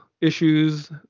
issues